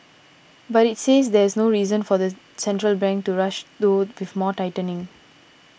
but it says there's no reason for the central bank to rush though with more tightening